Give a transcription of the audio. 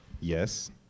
Yes